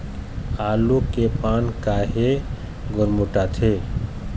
आलू के पान काहे गुरमुटाथे?